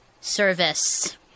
service